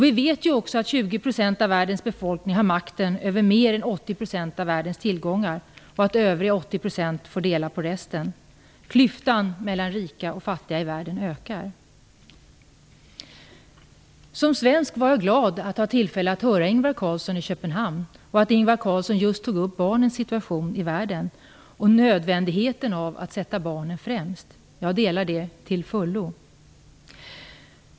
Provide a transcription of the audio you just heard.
Vi vet också att 20 % av världens befolkning har makten över mer än 80 % av världens tillgångar och att övriga 80 % får dela på resten. Klyftan mellan rika och fattiga i världen ökar. Som svensk var jag glad att ha tillfälle att höra Ingvar Carlsson i Köpenhamn och att Ingvar Carlsson just tog upp barnens situation i världen och nödvändigheten av att sätta barnen främst. Jag delar den uppfattningen till fullo.